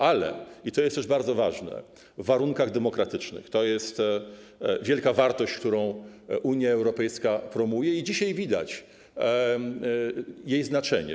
Ale - i to jest też bardzo ważne - w warunkach demokratycznych to jest wielka wartość, którą Unia Europejska promuje, i dzisiaj widać jej znaczenie.